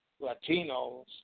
Latinos